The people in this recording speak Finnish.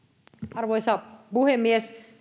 arvoisa puhemies